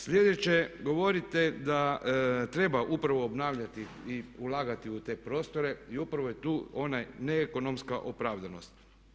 Sljedeće, govorite da treba upravo obnavljati i ulagati u te prostore i upravo je tu ona neekonomska opravdanost.